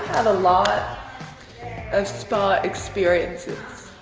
a lot of spa experiences